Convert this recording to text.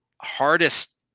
hardest